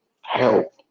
help